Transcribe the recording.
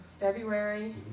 February